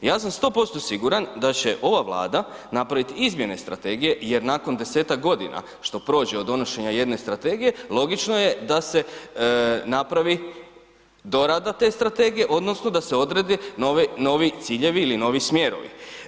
Ja sam 100% siguran da će ova Vlada napraviti izmjene strategije jer nakon 10-ak godina što prođe od donošenja jedne strategije, logično je da se napravi dorada te strategije odnosno da se odrede novi ciljevi ili novi smjerovi.